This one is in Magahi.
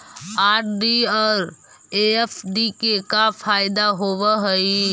आर.डी और एफ.डी के का फायदा होव हई?